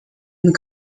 and